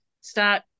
start